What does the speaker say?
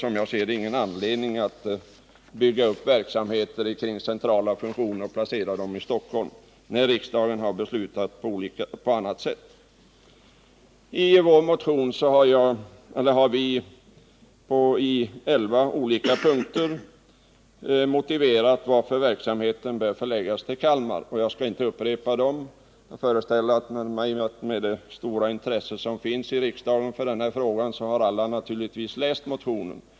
Som jag ser det finns det därför ingen anledning att bygga upp verksamheter kring centrala funktioner och placera dem i Stockholm när riksdagen har beslutat på annat sätt. I vår motion har vi i elva punkter motiverat varför verksamheten bör förläggas till Kalmar. Jag skall inte upprepa dem, eftersom jag mot bakgrund av det stora intresse för frågan som finns inom riksdagen föreställer mig att alla har läst motionen.